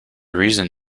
reason